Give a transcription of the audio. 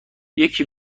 یکی